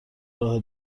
راه